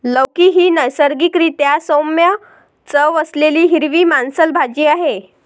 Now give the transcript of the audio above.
लौकी ही नैसर्गिक रीत्या सौम्य चव असलेली हिरवी मांसल भाजी आहे